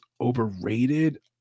overrated